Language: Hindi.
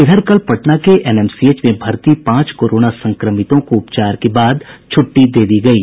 इधर कल पटना के एनएमसीएच में भर्ती पांच कोरोना संक्रमितों को उपचार के बाद छुट्टी दे दी गयी